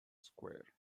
square